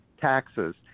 taxes